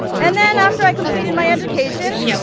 and then after i completed my education,